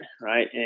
Right